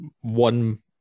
one